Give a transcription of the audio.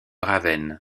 ravenne